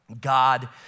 God